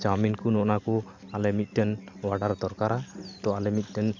ᱪᱟᱣᱢᱤᱱᱠᱚ ᱱᱚᱜᱼᱱᱚᱣᱟᱠᱚ ᱟᱞᱮ ᱢᱤᱫᱴᱮᱱ ᱚᱰᱟᱨ ᱫᱚᱨᱠᱟᱨᱟ ᱛᱳ ᱟᱞᱮ ᱢᱤᱫᱴᱮᱱ